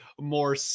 more